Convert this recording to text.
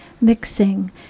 mixing